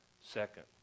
second